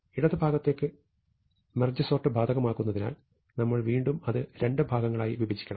ഇടത് ഭാഗത്തേക്ക് merge sort ബാധകമാക്കുന്നതിനാൽ നമ്മൾ വീണ്ടും അത് രണ്ട് ഭാഗങ്ങളായി വിഭജിക്കണം